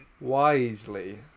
wisely